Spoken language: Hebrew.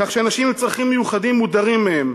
כך שאנשים עם צרכים מיוחדים מודרים מהן.